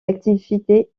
activités